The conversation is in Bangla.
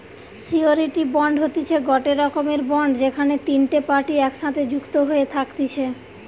সিওরীটি বন্ড হতিছে গটে রকমের বন্ড যেখানে তিনটে পার্টি একসাথে যুক্ত হয়ে থাকতিছে